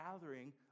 gathering